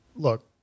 Look